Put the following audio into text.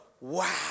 wow